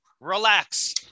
Relax